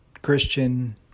Christian